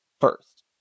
first